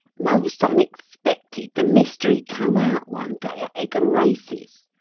most unexpected, the mystery come out one day at egham races.